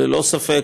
ללא ספק,